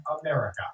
America